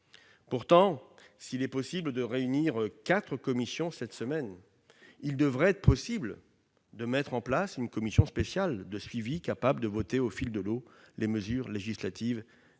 Pourtant, si l'on peut réunir quatre commissions cette semaine, il devrait être possible de mettre en place une commission spéciale de suivi capable de voter, au fil de l'eau, les mesures législatives nécessaires.